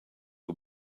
aux